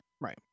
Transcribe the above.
Right